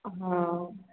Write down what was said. ହଁ